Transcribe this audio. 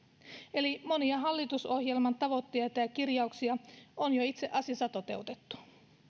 eli monia hallitusohjelman tavoitteita ja kirjauksia on jo itse asiassa toteutettu